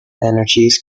energies